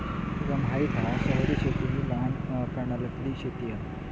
तुका माहित हा शहरी शेती हि लहान प्रमाणातली शेती हा